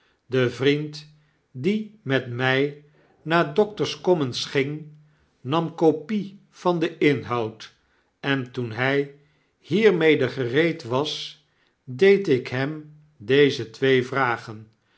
de vriend die met mij naar doctor s commons ging nam kopie van den inhoud en toen hij hiermede gereed was deed ik hem deze twee vragen